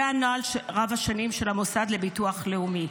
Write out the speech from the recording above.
זה הנוהל של המוסד לביטוח לאומי: